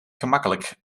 gemakkelijk